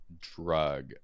drug